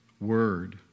word